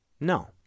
No